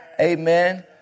Amen